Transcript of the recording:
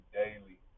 daily